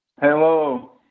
Hello